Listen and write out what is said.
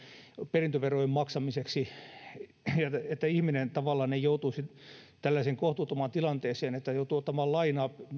perintöverojen maksamiseksi ja että ihminen tavallaan ei joutuisi tällaiseen kohtuuttomaan tilanteeseen että joutuu ottamaan lainaa